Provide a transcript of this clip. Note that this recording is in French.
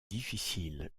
difficile